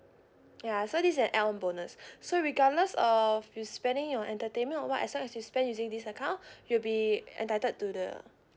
ya so this is a annum bonus so regardless of you spending it on entertainment or [what] as long as you spend using this account you'll be entitled to the